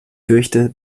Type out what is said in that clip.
fürchte